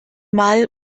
mal